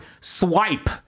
swipe